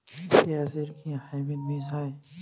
পেঁয়াজ এর কি হাইব্রিড বীজ হয়?